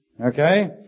Okay